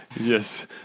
yes